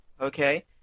okay